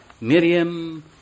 Miriam